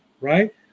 right